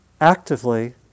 actively